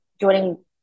joining